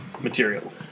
material